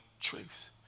truth